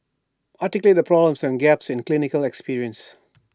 articulate the problems and gaps in clinical experience